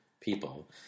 people